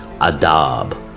Adab